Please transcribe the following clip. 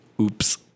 Oops